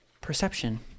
perception